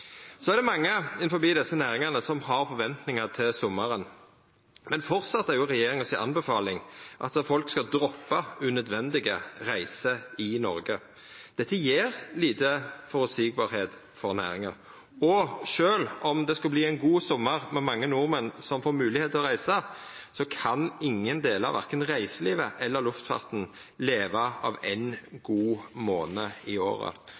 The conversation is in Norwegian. Så er det mange innanfor desse næringane som har forventningar til sommaren. Men framleis er regjeringa si anbefaling at folk skal droppa unødvendige reiser i Noreg. Dette gjev lita føreseielegheit for næringane. Og sjølv om det skulle verta ein god sommar med mange nordmenn som får moglegheit til å reisa, kan ingen delar av verken reiselivet eller luftfarten leva av éin god månad i året.